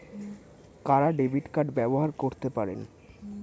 কারা debit card ব্যবহার করতে পারেন?